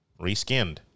Reskinned